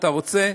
אתה רוצה,